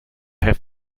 have